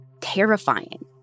terrifying